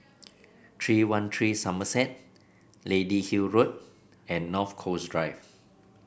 three one three Somerset Lady Hill Road and North Coast Drive